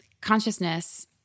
Consciousness